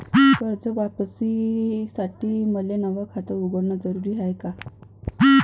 कर्ज वापिस करासाठी मले नव खात उघडन जरुरी हाय का?